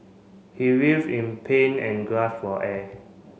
he writhed in pain and gasped for air